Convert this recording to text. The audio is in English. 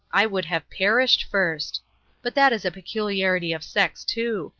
i would have perished first but that is a peculiarity of sex, too,